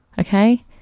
Okay